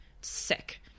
sick